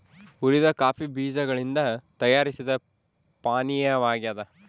ಹುರಿದ ಕಾಫಿ ಬೀಜಗಳಿಂದ ತಯಾರಿಸಿದ ಪಾನೀಯವಾಗ್ಯದ